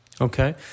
Okay